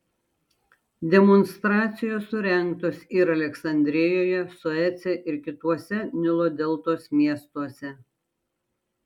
demonstracijos surengtos ir aleksandrijoje suece ir kituose nilo deltos miestuose